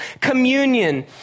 communion